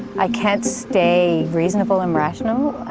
i can't stay reasonable and rational,